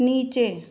नीचे